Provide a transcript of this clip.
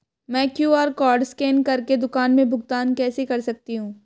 मैं QR code scan कर के दुकान में भुगतान कैसे कर सकती हूँ?